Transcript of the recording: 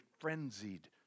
frenzied